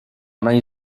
nań